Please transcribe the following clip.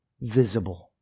visible